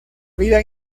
vida